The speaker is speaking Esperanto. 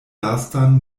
lastan